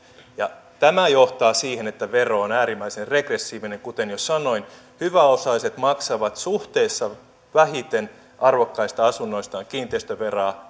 tämä johtaa siihen että vero on äärimmäisen regressiivinen kuten jo sanoin hyväosaiset maksavat suhteessa vähiten arvokkaista asunnoistaan kiinteistöveroa